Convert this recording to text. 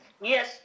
Yes